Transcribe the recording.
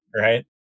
right